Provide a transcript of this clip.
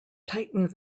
tightened